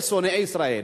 אלה שונאי ישראל?